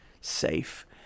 safe